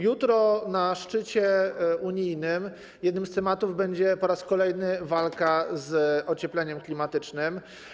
Jutro na szczycie unijnym jednym z tematów będzie po raz kolejny walka z ociepleniem klimatycznym.